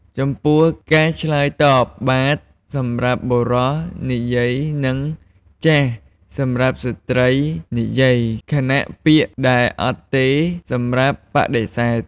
ចំពោះការឆ្លើយតប "បាទ" សម្រាប់បុរសនិយាយ និង "ចាស" សម្រាប់ស្ត្រីនិយាយ ខណៈពាក្យដែល "អត់ទេ" សម្រាប់បដិសេធ។